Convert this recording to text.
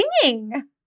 singing